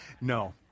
No